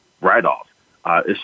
write-off